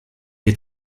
les